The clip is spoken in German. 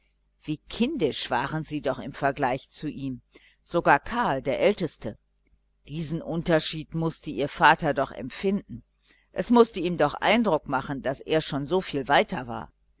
wie kindisch waren sie doch im vergleich mit ihm sogar karl der älteste diesen unterschied mußte ihr vater doch empfinden es mußte ihm doch imponieren daß er schon so viel weiter war